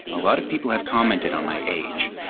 a lot of people have commented on my age.